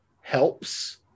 helps